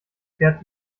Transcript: pferd